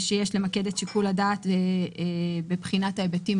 ושיש למקד את שיקול הדעת בבחינת ההיבטים